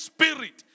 Spirit